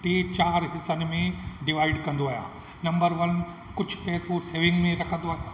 टे चारि हिसनि में डिवाइड कंदो आहियां नंबर वन कुझु पैसो सेविंग में रखंदो आहियां